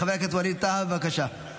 חבר הכנסת ווליד טאהא, בבקשה.